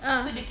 ah